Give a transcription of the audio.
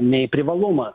nei privalumas